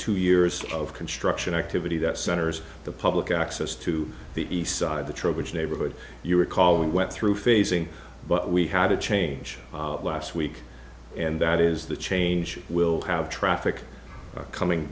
two years of construction activity that centers the public access to the east side the trowbridge neighborhood you recall we went through facing but we had a change last week and that is the change will have traffic coming